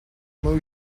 meu